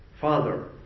Father